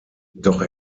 doch